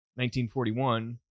1941